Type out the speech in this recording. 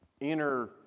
inner